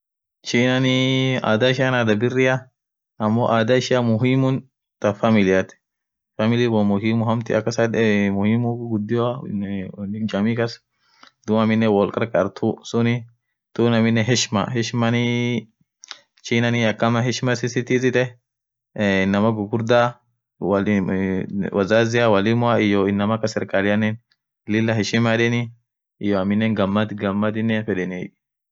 Indiani sagale birri kabd butterchiken yedeni ishin suni ta lukuat tomato faa midasen iyo aneni iyo kitungua amine pilipili itbuusen chiken ticker masalat jira masala dosat jira kormat jira iyoo vidaloo jira korma sun maeden won faa midasen kaka teper faa midasen tuninen mayeden ta masala dosane viazi faa kabdi